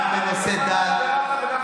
גם בנושא דת,